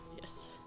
Yes